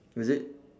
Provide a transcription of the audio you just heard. is it